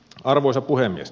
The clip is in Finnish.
arvoisa puhemies